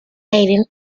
hayden